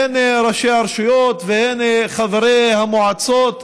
הן ראשי הרשויות והן חברי המועצות,